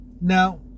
Now